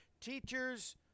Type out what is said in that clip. Teachers